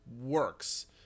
works